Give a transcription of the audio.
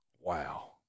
Wow